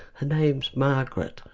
her name's margaret,